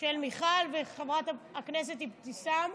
של מיכל וחברת הכנסת אבתיסאם.